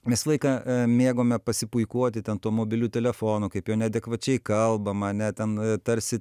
visą laiką e mėgome pasipuikuoti ten tuo mobiliu telefonu kaip juo neadekvačiai kalbama ane ten tarsi